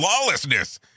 lawlessness